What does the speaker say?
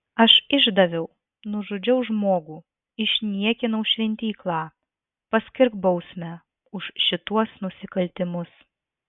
aš išdaviau nužudžiau žmogų išniekinau šventyklą paskirk bausmę už šituos nusikaltimus